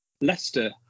Leicester